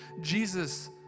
Jesus